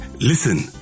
Listen